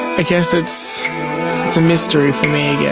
i guess it's it's a mystery for me yeah